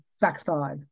backside